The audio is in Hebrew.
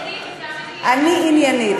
אני עניינית.